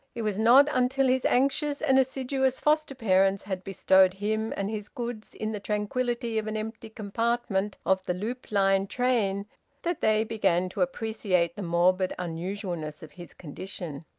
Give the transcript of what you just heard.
it was not until his anxious and assiduous foster-parents had bestowed him and his goods in the tranquillity of an empty compartment of the loop line train that they began to appreciate the morbid unusualness of his condition.